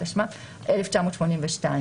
התשמ"ב-1982.